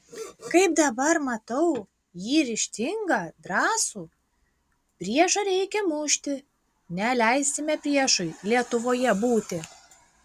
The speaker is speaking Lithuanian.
kaip dabar matau jį ryžtingą drąsų priešą reikia mušti neleisime priešui lietuvoje būti